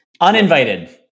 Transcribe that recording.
Uninvited